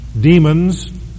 demons